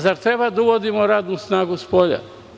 Zar treba da uvodimo radnu snagu spolja?